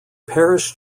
parish